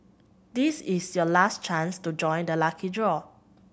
this is your last chance to join the lucky draw